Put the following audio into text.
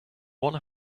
one